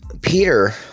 Peter